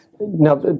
Now